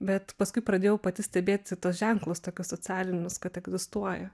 bet paskui pradėjau pati stebėti tuos ženklus tokius socialinius kad egzistuoja